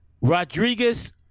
Rodriguez